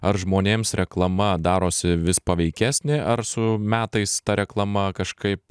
ar žmonėms reklama darosi vis paveikesnė ar su metais ta reklama kažkaip